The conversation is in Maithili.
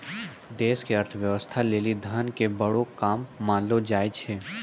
देश के अर्थव्यवस्था लेली धन के बड़ो काम मानलो जाय छै